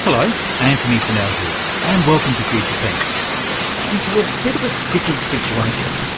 like antony funnell here and welcome to future tense and to a bit of a sticky situation.